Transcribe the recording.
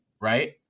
right